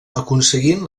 aconseguint